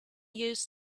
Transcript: used